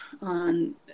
on